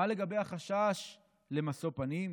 מה לגבי החשש למשוא פנים?